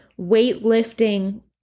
weightlifting